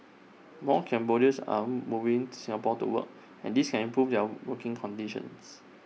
more Cambodians are moving Singapore to work and this can improve their working conditions